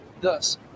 Thus